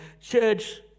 church